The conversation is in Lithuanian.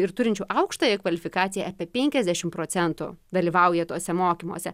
ir turinčių aukštąją kvalifikaciją apie penkiasdešimt procentų dalyvauja tuose mokymuose